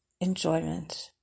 enjoyment